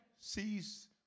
sees